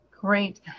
great